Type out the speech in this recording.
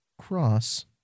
Cross